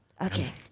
Okay